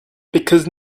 because